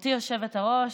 גברתי היושבת-ראש,